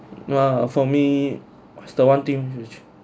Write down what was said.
no ah for me is the one thing which